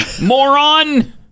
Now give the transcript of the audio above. moron